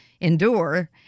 endure